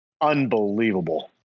Unbelievable